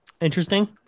Interesting